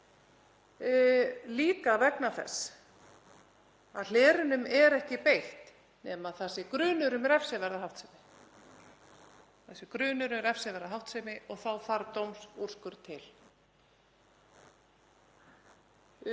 líka vegna þess að hlerunum er ekki beitt nema það sé grunur um refsiverða háttsemi og þá þarf dómsúrskurð til.